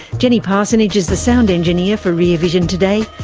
jenny parsonage is the sound engineer for rear vision today.